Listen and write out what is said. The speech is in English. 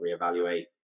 reevaluate